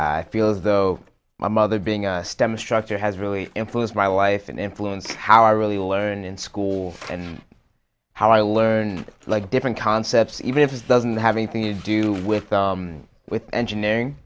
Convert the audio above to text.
i feel as though my mother being a stem structure has really influenced my life and influenced how i really learned in school and how i learned like different concepts even if it doesn't have anything to do with with engineering